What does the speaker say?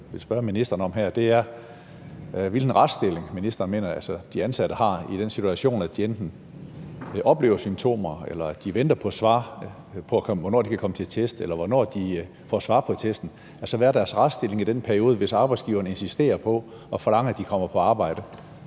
stille til ministeren her, og det er, hvilken retsstilling ministeren mener de ansatte har i den situation, hvor de enten oplever symptomer eller venter på svar på en test eller på, hvornår de kan komme til en test. Altså, hvad er deres retsstilling i den periode, hvis arbejdsgiveren insisterer på og forlanger, at de kommer på arbejde?